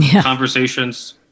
conversations